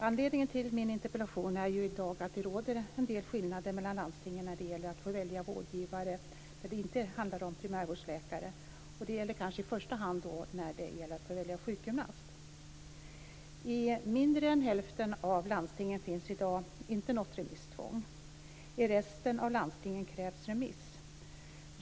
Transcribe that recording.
Anledningen till min interpellation är att det i dag råder en del skillnader mellan landstingen när det gäller möjligheten att välja vårdgivare då det inte handlar om primärvårdsläkare. Det gäller i första hand valet av sjukgymnast. I färre än hälften av landstingen finns i dag inte något remisstvång. I resten av landstingen krävs remiss.